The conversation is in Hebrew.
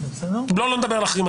ואני לא מדבר על עכרמה